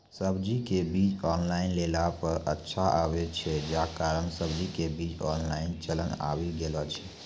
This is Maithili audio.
सब्जी के बीज ऑनलाइन लेला पे अच्छा आवे छै, जे कारण सब्जी के बीज ऑनलाइन चलन आवी गेलौ छै?